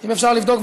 האם אפשר לבדוק,